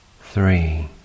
three